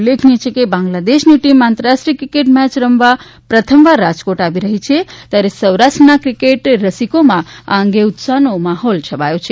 ઉલ્લેખનીય છે કે બાંગ્લાદેશની ટીમ આંતરરાષ્ટ્રીય ક્રિકેટ મેચ રમવા પ્રથમવાર રાજકોટ આવી રહી છે ત્યારે સૌરાષ્ટ્રના ક્રિકેટ રસિકોમાં આ અંગે ઉત્સાહનો માહોલ છવાયો છે